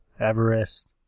Everest